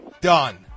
Done